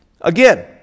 Again